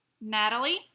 Natalie